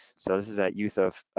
so this is that youth of,